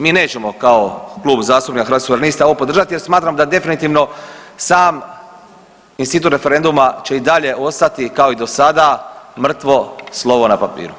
Mi nećemo kao Klub zastupnika Hrvatskih suverenista ovo podržati jer smatram da definitivno sam institut referenduma će i dalje ostati kao i dosada mrtvo slovo na papiru.